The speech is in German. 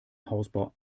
hausbau